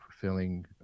fulfilling